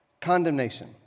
Condemnation